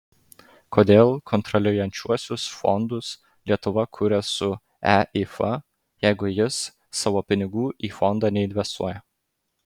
kodėl kontroliuojančiuosius fondus lietuva kuria su eif jeigu jis savo pinigų į fondą neinvestuoja